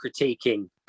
critiquing